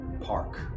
park